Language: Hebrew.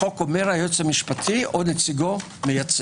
החוק אומר או נציגו מייצג.